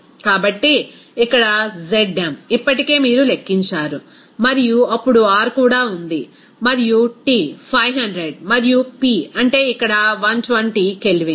కాబట్టి ఇక్కడ Zm ఇప్పటికే మీరు లెక్కించారు మరియు అప్పుడు R కూడా ఉంది మరియు T 500 మరియు P అంటే ఇక్కడ 120 K